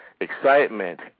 excitement